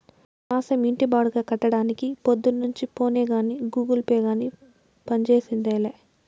ఈ మాసం ఇంటి బాడుగ కట్టడానికి పొద్దున్నుంచి ఫోనే గానీ, గూగుల్ పే గానీ పంజేసిందేలా